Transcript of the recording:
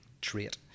trait